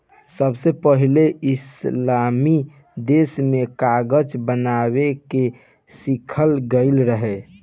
सबसे पहिले इस्लामी देश में कागज बनावे के सिखल गईल रहे